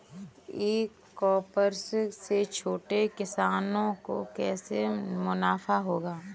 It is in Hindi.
ई कॉमर्स से छोटे किसानों को कैसे मुनाफा होगा?